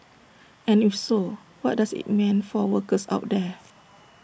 and if so what does IT mean for workers out there